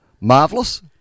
marvelous